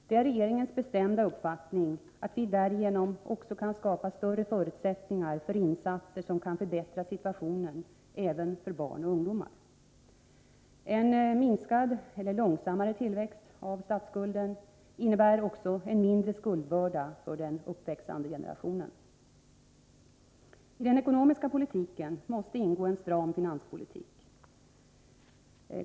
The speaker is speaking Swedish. Det är regeringens bestämda uppfattning att vi därigenom också kan skapa större förutsättningar för insatser som kan förbättra situationen även för barn och ungdomar. En minskad eller långsammare tillväxt av statsskulden innebär också en mindre skuldbörda för den uppväxande generationen. I den ekonomiska politiken måste ingå en stram finanspolitik.